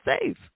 safe